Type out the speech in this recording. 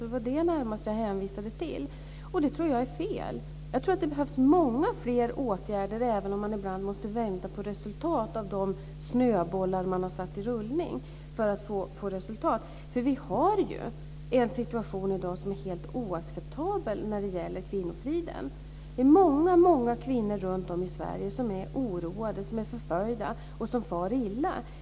Det var närmast det jag hänvisade till. Det tror jag är fel. Jag tror att det behövs många fler åtgärder även om man ibland måste vänta på de snöbollar man har satt i rullning för att få resultat. Vi har ju en situation i dag som är helt oacceptabel när det gäller kvinnofriden. Det är många kvinnor runt om i Sverige som är oroade, som är förföljda och som far illa.